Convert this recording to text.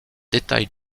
détails